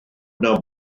yna